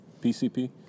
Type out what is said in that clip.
PCP